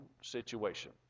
situation